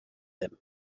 him